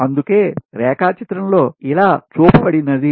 అందుకే రేఖా చిత్రము లో ఇలా చూపబడినది